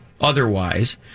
otherwise